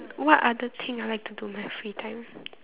what other thing I like to do in my free time